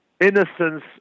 innocence